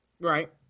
right